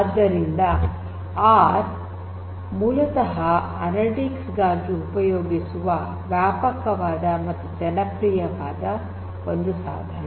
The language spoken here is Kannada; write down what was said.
ಆದ್ದರಿಂದ ಆರ್ ಮೂಲತಃ ಅನಲಿಟಿಕ್ಸ್ ಗಾಗಿ ಉಪಯೋಗಿಸುವ ವ್ಯಾಪಕವಾದ ಮತ್ತು ಜನಪ್ರಿಯವಾದ ಒಂದು ಸಾಧನ